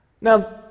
now